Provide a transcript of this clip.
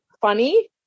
funny